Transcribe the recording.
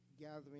gathering